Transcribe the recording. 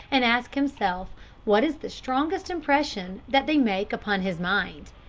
and ask himself what is the strongest impression that they make upon his mind.